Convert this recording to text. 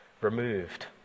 removed